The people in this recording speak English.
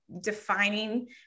defining